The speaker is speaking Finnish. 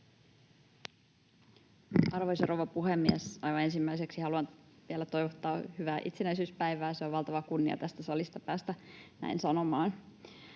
Arvoisa rouva puhemies! Aivan ensimmäiseksi haluan vielä toivottaa hyvää itsenäisyyspäivää. On valtava kunnia tästä salista päästä näin sanomaan.